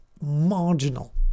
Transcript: marginal